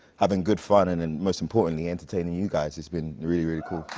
having good fun, and and most importantly entertaining you guys. it's been really, really cool.